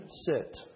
sit